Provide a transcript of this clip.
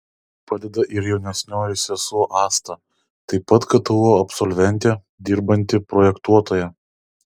padeda ir jaunesnioji sesuo asta taip pat ktu absolventė dirbanti projektuotoja